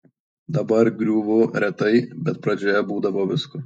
dabar griūvu retai bet pradžioje būdavo visko